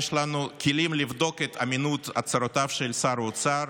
יש לנו כלים לבדוק את אמינות הצהרותיו של שר האוצר,